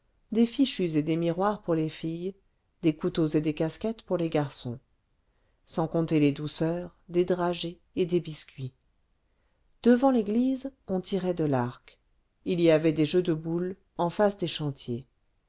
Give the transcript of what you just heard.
des fichus et des miroirs pour les filles des couteaux et des casquettes pour les garçons sans compter les douceurs des dragées et des biscuits devant l'église on tirait de l'arc il y avait des jeux de boules en face des chantiers